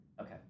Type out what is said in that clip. Okay